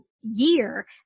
year